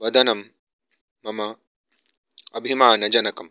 वदनं मम अभिमानजनकम्